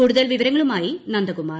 കൂടുതൽ വിവരങ്ങളുമായി നന്ദകുമാർ